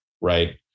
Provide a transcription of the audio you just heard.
Right